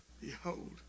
behold